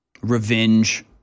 revenge